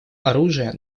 оружия